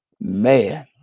Man